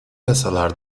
yasalar